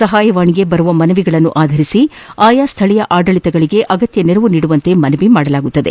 ಸಹಾಯವಾಣಿಗೆ ಬರುವ ಮನವಿಗಳನ್ನು ಆಧರಿಸಿ ಆಯಾ ಸ್ಥಳೀಯ ಆಡಳಿತಕ್ಕೆ ಅಗತ್ಯ ನೆರವು ನೀಡುವಂತೆ ಮನವಿ ಮಾಡಲಾಗುವುದು